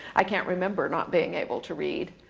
i can't remember not being able to read.